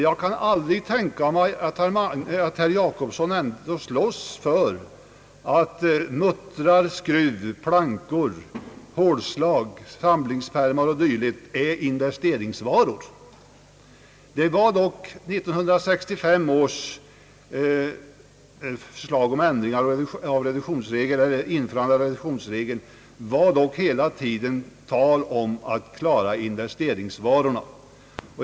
Jag kan aldrig tänka mig att herr Gösta Jacobsson ändå slåss för att muttrar, skruvar, plankor, hålslag, samlingspärmar och dylikt är investeringsvaror! I 1965 års förslag om införande av reduktionsregeln var det dock hela tiden tal om att befria investeringsvarorna.